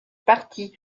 partie